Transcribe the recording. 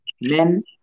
Men